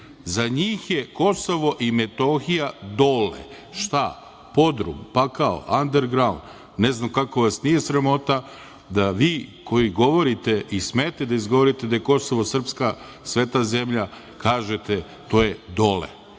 Za njih je Kosovo i Metohija dole. Šta? Podrum? Pakao? Andregraund? Ne znam kako vas nije sramota da vi koji govorite i smete da izgovorite da je Kosovo srpska sveta zemlja, kažete - to je dole. Prema